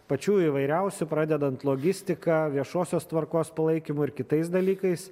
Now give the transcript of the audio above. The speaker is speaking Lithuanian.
pačių įvairiausių pradedant logistika viešosios tvarkos palaikymu ir kitais dalykais